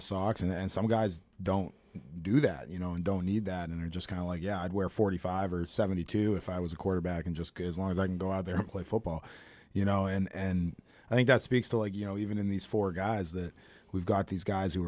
of socks and some guys don't do that you know and don't need that in are just kind of like yeah i'd wear forty five or seventy two if i was a quarterback and just as long as i can go out there and play football you know and i think that speaks to like you know even in these four guys that we've got these guys who